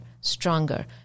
stronger